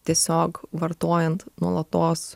tiesiog vartojant nuolatos